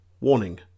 Warning